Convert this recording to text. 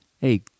hey